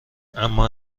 اما